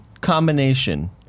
combination